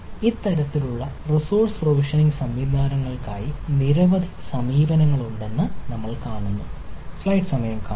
ഇത്തരത്തിലുള്ള resource provisioning സംവിധാനങ്ങൾക്കായി നിരവധി സമീപനങ്ങളുണ്ടെന്ന് നമ്മൾ കാണുന്നു